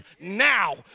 now